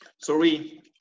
sorry